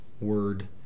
word